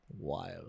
Wild